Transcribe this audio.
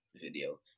video